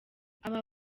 aba